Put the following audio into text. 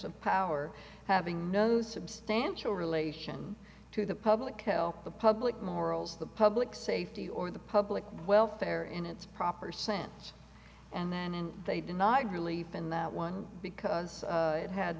of power having no substantial relation to the public health the public morals the public safety or the public welfare in its proper sense and then and they denied relief in that one because it had